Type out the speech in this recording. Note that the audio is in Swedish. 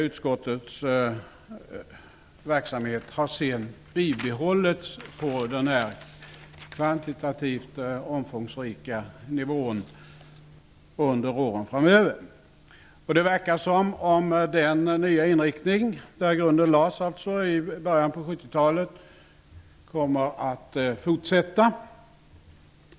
Utskottets verksamhet har sedan under åren bibehållits på den kvantitativt omfångsrika nivån. Det verkar som om den nya inriktning vars grund alltså lades i början av 70-talet kommer att fortsätta.